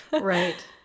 Right